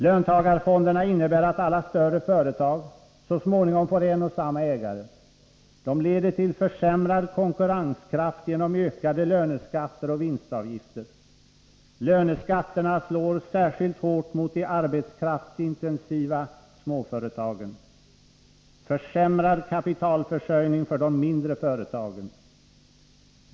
Löntagarfonderna innebär att alla större företag så småningom får en och samma ägare. Det leder till försämrad konkurrenskraft genom ökade löneskatter och vinstavgifter. Löneskatterna slår särskilt hårt mot de arbetskraftsintensiva småföretagen och medför försämrad kapitalförsörjning för de mindre företagen.